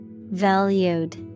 Valued